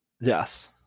Yes